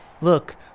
Look